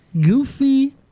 goofy